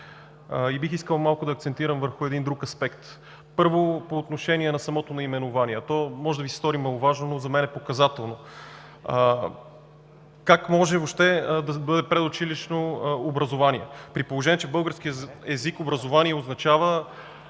и бих искал да акцентирам върху един друг аспект. Първо, по отношение на самото наименование. Може да Ви се стори маловажно, но за мен е показателно. Как може въобще да бъде предучилищно образование, при положение че в българския език „образование“ означава,